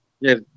yes